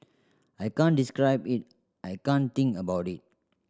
I can't describe it I can't think about it